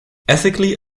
ethically